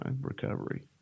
recovery